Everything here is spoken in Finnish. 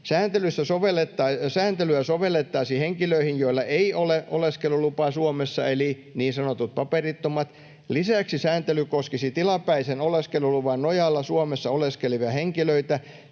Sääntelyä sovellettaisiin henkilöihin, joilla ei ole oleskelulupaa Suomessa, eli niin sanottuihin paperittomiin. Lisäksi sääntely koskisi tilapäisen oleskeluluvan nojalla Suomessa oleskelevia henkilöitä,